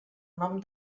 nom